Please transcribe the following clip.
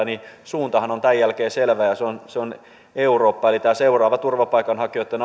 niin suuntahan on tämän jälkeen selvä ja se on se on eurooppa eli seuraavassa turvapaikanhakijoitten